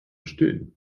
stillen